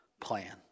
plan